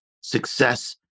success